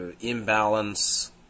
imbalance